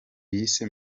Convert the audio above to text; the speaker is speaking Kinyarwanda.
yise